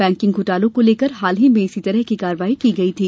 banking घोटालों को लेकर हाल ही में इसी तरह की कार्रवाई की गई थी